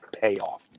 payoff